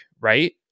Right